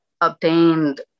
obtained